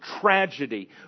tragedy